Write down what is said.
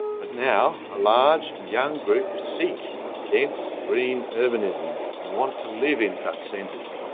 but now, a large and young group seek dense, green urbanism and want to live in such centres.